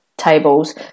tables